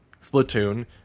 splatoon